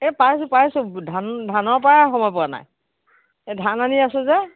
এই পাইছোঁ পাইছোঁ ধান ধানৰপৰাই সময় পোৱা নাই এই ধান আনি আছো যে